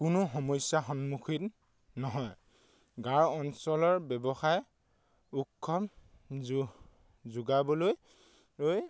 কোনো সমস্যা সন্মুখীন নহয় গাঁও অঞ্চলৰ ব্যৱসায় উৎসাহ যোগাবলৈ